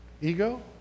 Ego